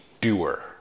doer